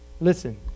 Listen